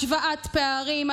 השוואת פערים,